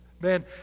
man